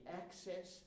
access